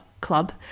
club